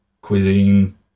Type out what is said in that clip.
cuisine